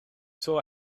saw